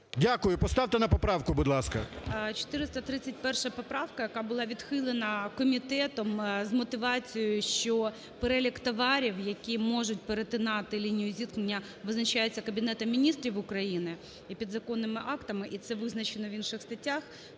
Дякую. Поставте на поправку, будь ласка.